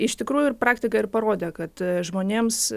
iš tikrųjų ir praktika ir parodė kad žmonėms